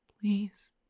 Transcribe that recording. Please